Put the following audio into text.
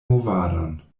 movadon